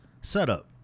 setup